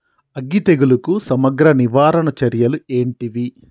అగ్గి తెగులుకు సమగ్ర నివారణ చర్యలు ఏంటివి?